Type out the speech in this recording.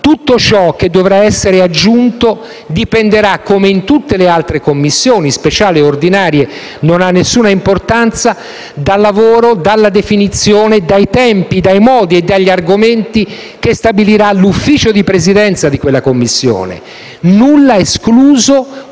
Tutto ciò che dovrà essere aggiunto dipenderà, come in tutte le altre Commissioni (speciali o ordinarie non ha nessuna importanza), dal lavoro, dalla definizione dei tempi, dai modi e dagli argomenti che stabilirà l'Ufficio di Presidenza di quella Commissione. Nulla è escluso,